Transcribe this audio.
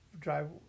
drive